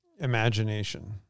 imagination